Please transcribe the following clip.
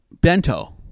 Bento